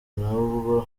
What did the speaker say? nawe